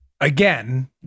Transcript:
Again